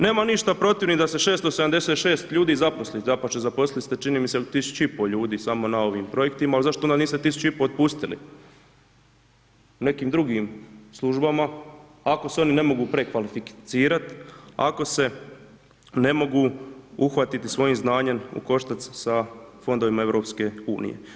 Nemam ništa protiv ni da se 676 ljudi zaposli, dapače, zaposlili ste čini mi se 1500 ljudi samo na ovim projektima, ali zašto onda niste 1500 otpustili u nekim drugim službama ako se oni ne mogu prekvalificirat, ako se ne mogu uhvatiti svojim znanjem u koštac sa Fondovima EU.